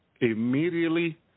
immediately